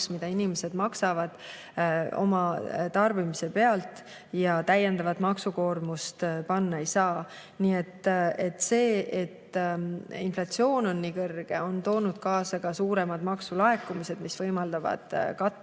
mida inimesed maksavad oma tarbimise pealt, ja neile täiendavat maksukoormust panna ei saa. See, et inflatsioon on nii kõrge, on toonud kaasa ka suuremad maksulaekumised, mis võimaldavad katta